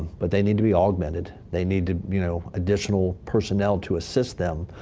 but they need to be augmented. they need to, you know, additional personnel to assist them.